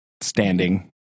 Standing